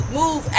move